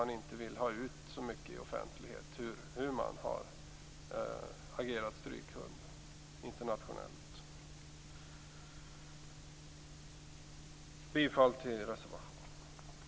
Den vill inte ha ut i offentligheten hur man har agerat strykhund internationellt. Jag yrkar bifall till reservation nr 5.